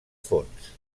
fons